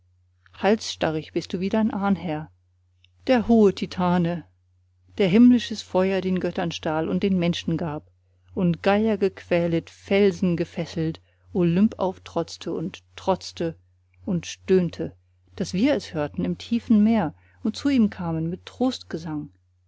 halsstarrig bist du wie dein ahnherr der hohe titane der himmlisches feuer den göttern stahl und den menschen gab und geiergequälet felsengefesselt olympauftrotzte und trotzte und stöhnte daß wir es hörten im tiefen meer und zu ihm kamen mit